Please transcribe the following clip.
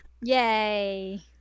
Yay